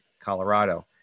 Colorado